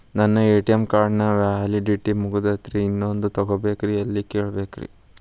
ನನ್ನ ATM card ನ validity ಮುಗದದ್ರಿ ಇನ್ನೊಂದು ತೊಗೊಬೇಕ್ರಿ ಎಲ್ಲಿ ಕೇಳಬೇಕ್ರಿ?